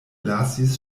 lasis